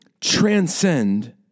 transcend